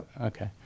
Okay